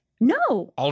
No